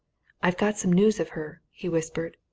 i've got some news of her, he whispered.